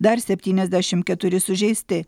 dar septyniasdešimt keturi sužeisti